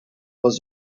was